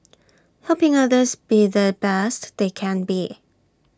helping others be the best they can be